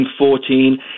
14